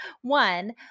One